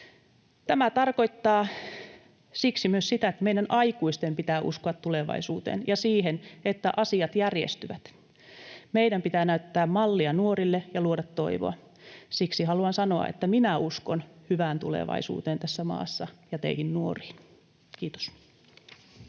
Tämä tarkoittaa siksi myös sitä, että meidän aikuisten pitää uskoa tulevaisuuteen ja siihen, että asiat järjestyvät. Meidän pitää näyttää mallia nuorille ja luoda toivoa. Siksi haluan sanoa, että minä uskon hyvään tulevaisuuteen tässä maassa ja teihin nuoriin. — Kiitos.